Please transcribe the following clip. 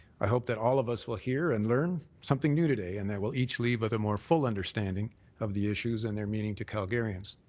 i hope that all of us will hear and learn something new today and that we'll each leave with a more full understanding of the issues and their meaning to calgarians.